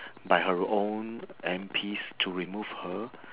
by her own M_Ps to remove her